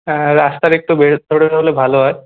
হ্যাঁ রাস্তার একটু ভেতরে হলে ভালো হয়